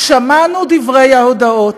"שמענו דברי ההודעות,